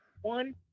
one